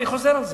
ואני חוזר על זה,